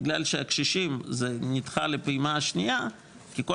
בגלל שהקשישים זה נדחה לפעימה השנייה כי כל